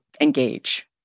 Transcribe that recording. engage